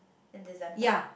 in December